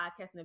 podcasting